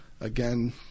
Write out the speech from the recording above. again